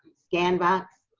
scan box?